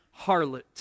harlot